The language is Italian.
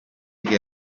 che